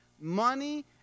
money